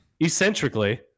eccentrically